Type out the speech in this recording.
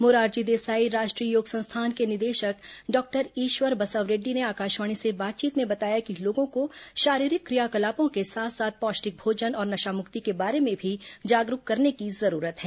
मोरारजी देसाई राष्ट्रीय योग संस्थान के निदेशक डॉक्टर ईश्वर बसवरेड्डी ने आकाशवाणी से बातचीत में बताया कि लोगों को शारीरिक क्रियाकलापों के साथ साथ पौष्टिक भोजन और नशामुक्ति के बारे में भी जागरूक करने की जरूरत है